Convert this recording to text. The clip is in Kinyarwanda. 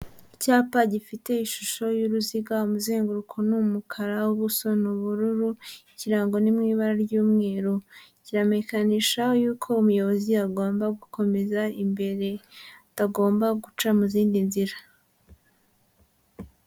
Icyapa gifite ishusho y'uruziga, umuzenguruko ni umukara, ubuso ni ubururu, ikirango ni mu ibara ry'umweru, kiramenyekanisha y'uko umuyobozi agomba gukomeza imbere, atagomba guca mu zindi nzira.